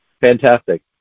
fantastic